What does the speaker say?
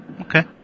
Okay